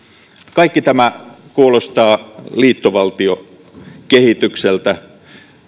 kaikki tämä kuulostaa liittovaltiokehitykseltä